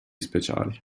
speciali